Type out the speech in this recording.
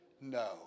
No